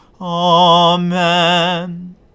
Amen